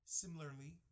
similarly